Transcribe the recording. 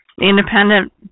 independent